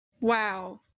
wow